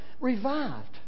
revived